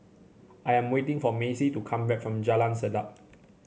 I am waiting for Macey to come back from Jalan Sedap